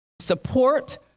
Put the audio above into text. support